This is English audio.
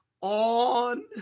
on